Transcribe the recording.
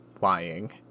lying